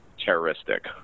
terroristic